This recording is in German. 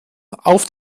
auf